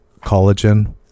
collagen